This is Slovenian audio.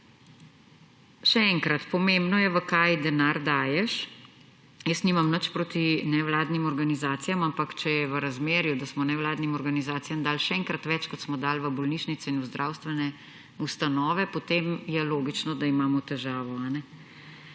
Še enkrat. Pomembno je, v kaj denar daješ. Jaz nimam nič proti nevladnim organizacijam, ampak če je v razmerju, da smo nevladnim organizacijam dali še enkrat več, kot smo dali v bolnišnice in v zdravstvene ustanove, potem je logično, da imamo težavo.